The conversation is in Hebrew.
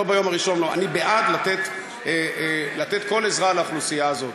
לא ביום הראשון אני בעד לתת כל עזרה לאוכלוסייה הזאת.